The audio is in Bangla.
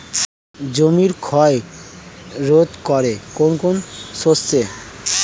জমির ক্ষয় রোধ করে কোন কোন শস্য?